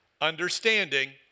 Understanding